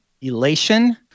Elation